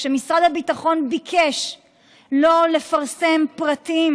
כשמשרד הביטחון ביקש שלא לפרסם פרטים